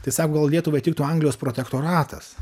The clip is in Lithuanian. tai sako gal lietuvai tiktų anglijos protektoratas